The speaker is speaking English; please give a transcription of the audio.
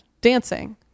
dancing